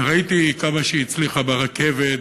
וראיתי כמה היא הצליחה ברכבת,